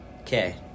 Okay